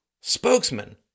spokesman